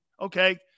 Okay